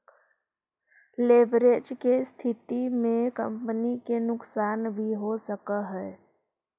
leverage के स्थिति में कंपनी के नुकसान भी हो सकऽ हई